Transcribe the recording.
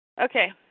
Okay